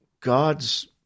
God's